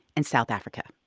and south africa